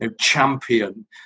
champion